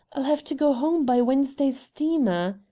i'll have to go home by wednesday's steamer.